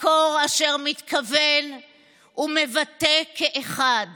מקור אשר מתכוון ומבטא כאחד